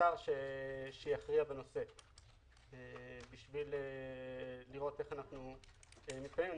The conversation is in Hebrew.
לשר שיכריע בנושא בשביל לראות איך אנחנו מתקדמים.